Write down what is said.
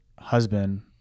Husband